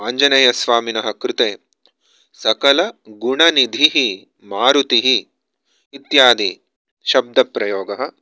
आञ्जनेयस्वामिनः कृते सकलगुणनिधिः मारुतिः इत्यादि शब्दप्रयोगः